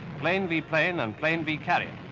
plane v. plane and plane v. carrier.